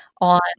on